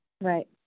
Right